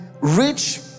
rich